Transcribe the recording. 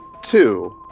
Two